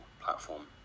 platform